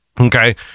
Okay